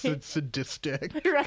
sadistic